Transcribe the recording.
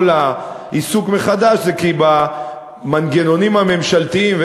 העיסוק מחדש היא כי במנגנונים הממשלתיים,